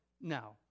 Now